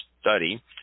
study